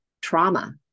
trauma